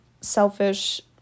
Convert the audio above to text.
selfish